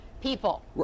people